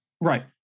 Right